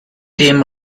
dem